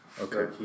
Okay